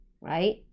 right